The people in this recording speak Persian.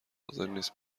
حاضرنیست